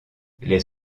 les